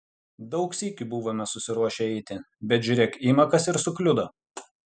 daug sykių buvome susiruošę eiti bet žiūrėk ima kas ir sukliudo